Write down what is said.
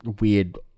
weird